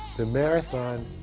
the marathon